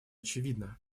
очевидна